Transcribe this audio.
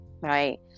right